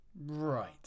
Right